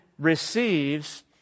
receives